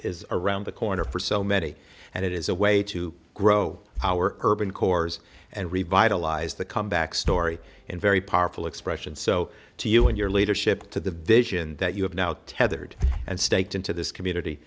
is around the corner for so many and it is a way to grow our urban cores and revitalize the comeback story and very powerful expression so to you and your leadership to the vision that you have now tethered and staked into this community